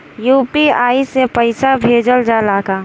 UPI से पईसा भेजल जाला का?